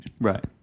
Right